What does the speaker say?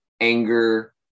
anger